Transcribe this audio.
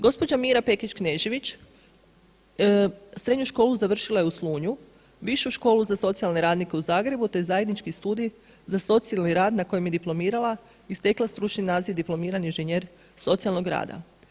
Gospođa Mira Pekić Knežević srednju školu završila je u Slunju, Višu školu za socijalne radnike u Zagrebu te Zajednički studij za socijalni rad na kojem je diplomirala i stekla stručni naziv diplomirani inženjer socijalnog rada.